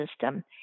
system